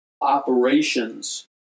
operations